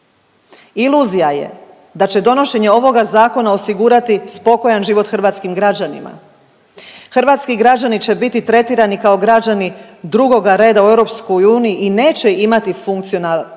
Iluzija je da će donošenje ovoga zakona osigurati spokojan život hrvatskim građanima. Hrvatski građani će biti tretirani kao građani drugoga reda u EU i neće imati funkcionalan